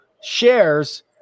shares